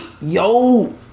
Yo